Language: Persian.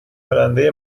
کننده